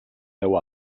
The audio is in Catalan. veu